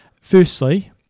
Firstly